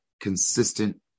consistent